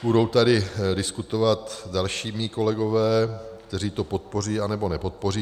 Budou tady diskutovat další mí kolegové, kteří to podpoří, anebo nepodpoří.